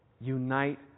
unite